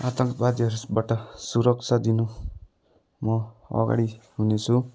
आताङ्कवादीहरूबाट सुरक्षा दिनु म अगाडि हुनेछु